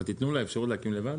אז אתם נותנים לה אפשרות להקים לבד?